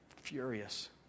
furious